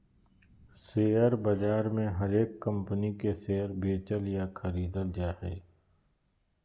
share बाजार मे हरेक कम्पनी के शेयर बेचल या खरीदल जा हय